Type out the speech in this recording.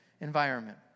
environment